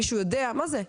מישהו יודע מה זה?